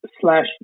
slash